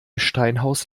steinhaus